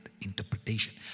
interpretation